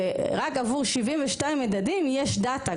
רק עבור 72 מדדים יש דאטה,